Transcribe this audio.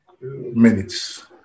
minutes